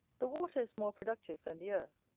the water more productive than the earth.